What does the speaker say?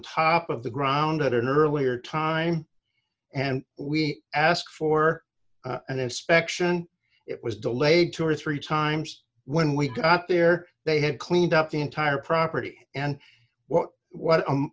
top of the ground at an earlier time and we asked for an inspection it was delayed two or three times when we got there they had cleaned up the entire property and what what